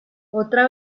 otra